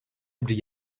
bir